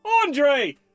Andre